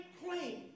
clean